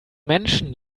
menschen